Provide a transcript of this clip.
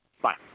bye